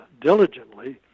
diligently